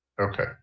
Okay